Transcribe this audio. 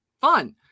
fun